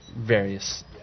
various